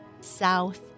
south